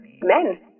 men